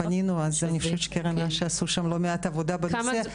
פנינו אז הרבה, עשו שם לא מעט עבודה בנושא.